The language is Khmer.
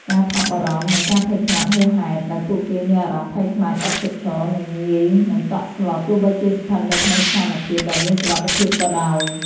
ការថប់បារម្ភ និងការភ័យខ្លាចហួសហេតុ ដោយពួកគេមានអារម្មណ៍ភ័យខ្លាចឥតឈប់ឈរ និងងាយនឹងតក់ស្លុត ទោះបីជាស្ថិតនៅក្នុងស្ថានភាពដែលមានសុវត្ថិភាពក៏ដោយ។